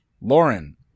Lauren